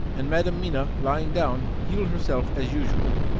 and madam mina, lying down, yield herself as usual,